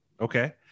okay